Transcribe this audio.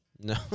No